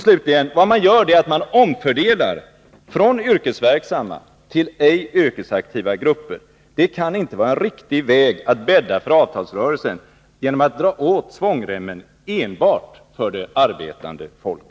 Slutligen: Vad man gör är att man omfördelar från yrkesverksamma till ej yrkesaktiva grupper. Det kan inte vara en riktig metod att bädda för avtalsrörelsen genom att dra åt svångremmen enbart för det arbetande folket.